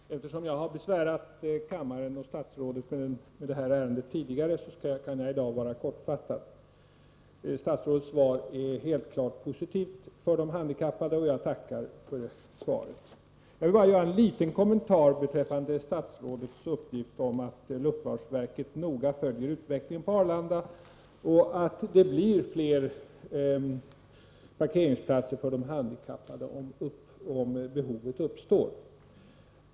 Fru talman! Eftersom jag har besvärat kammaren och statsrådet med detta ärende tidigare, kan jag i dag vara kortfattad. Statsrådets svar är helt klart positivt för de handikappade, och jag tackar för svaret. Jag vill bara göra en liten kommentar beträffande statsrådets uppgift om att luftfartsverket noga följer utvecklingen på Arlanda och att det blir fler parkeringsplatser för de handikappade om behov uppstår.